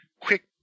quick